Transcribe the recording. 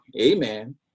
amen